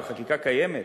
אבל החקיקה קיימת.